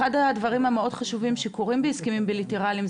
אחד הדברים המאוד חשובים שקורים בהסכמים בילטראליים,